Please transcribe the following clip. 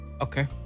Okay